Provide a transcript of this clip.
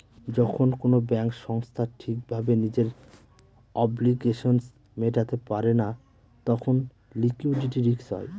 যখন কোনো ব্যাঙ্ক সংস্থা ঠিক ভাবে নিজের অব্লিগেশনস মেটাতে পারে না তখন লিকুইডিটি রিস্ক হয়